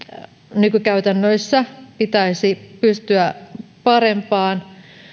nykykäytännöissä pitäisi pystyä parempaan